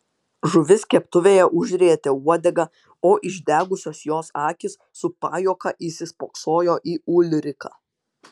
žuvis keptuvėje užrietė uodegą o išdegusios jos akys su pajuoka įsispoksojo į ulriką